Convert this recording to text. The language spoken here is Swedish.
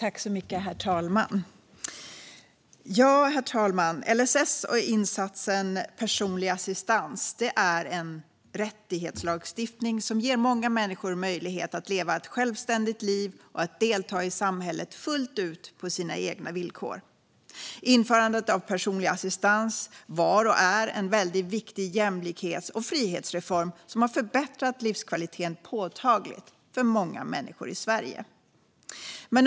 Herr talman! LSS och insatsen personlig assistans är en rättighetslagstiftning som ger många människor möjlighet att leva ett självständigt liv och att delta i samhället fullt ut på sina egna villkor. Införandet av personlig assistans var och är en väldigt viktig jämlikhets och frihetsreform som har förbättrat livskvaliteten påtagligt för många människor i Sverige.